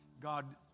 God